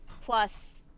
plus